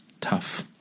Tough